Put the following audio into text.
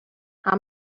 how